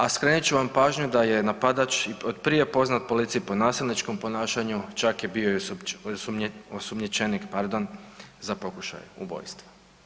A skrenut ću vam pažnju da je napadač i od prije poznat policiji po nasilničkom ponašanju, čak je bio i osumnjičenik za pokušaj ubojstva.